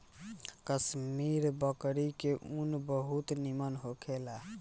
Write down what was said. कश्मीरी बकरी के ऊन बहुत निमन होखेला